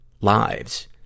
lives